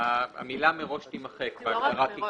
המילה "מראש" תימחק בהגדרה "תיקוף כרטיס".